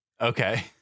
Okay